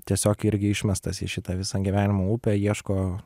tiesiog irgi išmestas į šitą visą gyvenimo upę ieško